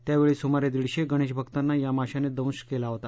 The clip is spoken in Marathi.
त्यावेळी सुमारे दिडशे गणेशभक्तांना या माशाने दंश केला होता